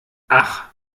ach